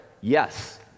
Yes